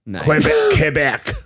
Quebec